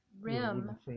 rim